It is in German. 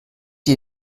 die